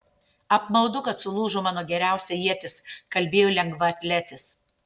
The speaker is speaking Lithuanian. apmaudu kad sulūžo mano geriausia ietis kalbėjo lengvaatletis